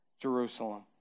Jerusalem